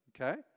Okay